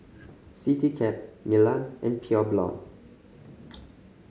Citycab Milan and Pure Blonde